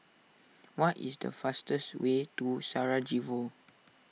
what is the fastest way to Sarajevo